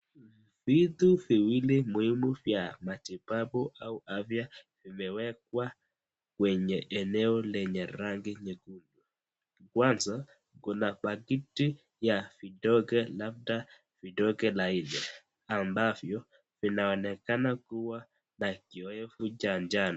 Vitu viwili muhimu ya matibabu au afya imewekwa kwenye eneo lenye rangi nyekundu. Kwanza kuna pakiti ya vidonge labda vidonge laini ambavyo vinaonekana kuwa na kiyowevu cha njano.